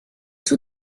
tout